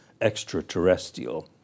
extraterrestrial